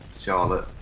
Charlotte